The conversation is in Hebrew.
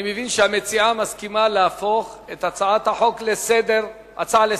אני מבין שהמציעה מסכימה להפוך את הצעת החוק להצעה לסדר-היום.